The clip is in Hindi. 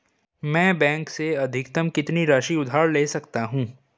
मैं बैंक से अधिकतम कितनी राशि उधार ले सकता हूँ?